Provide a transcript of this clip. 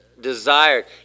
desired